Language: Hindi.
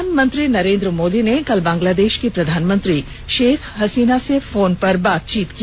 प्रधानमंत्री नरेन्द्र मोदी ने कल बंगलादेश की प्रधानमंत्री शेख हसीना से फोन पर बातचीत की